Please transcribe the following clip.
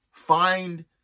find